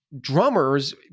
drummers